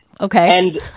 Okay